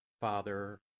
Father